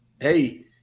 hey